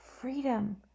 freedom